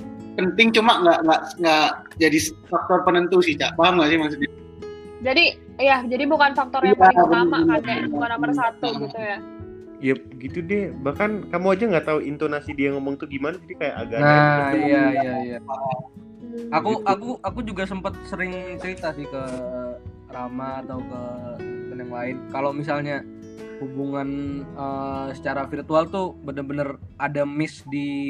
Penting cuma nggak- nggak- nggak jadi s- faktor penentu sih, Cak. Paham nggak sih maksudnya? Jadi- iya, jadi bukan faktor yang Iya, paling utama, iya, kan, kayak bukan nomor iya. satu gitu ya. Yep, gitu deh. Bahkan kamu aja nggak tahu intonasi dia ngomong tuh gimana, jadi kayak agak- Nah, agak- iya, iya, iya. Hmm. Aku- Gitu. aku- aku juga sempet sering cerita sih ke Rama atau ke temen yang lain. Kalau misalnya hubungan, eh, secara virtual tuh bener-bener ada miss di-